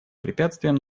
препятствием